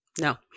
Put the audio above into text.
No